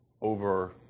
over